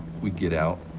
we'd get out,